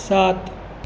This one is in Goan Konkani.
सात